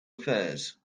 affairs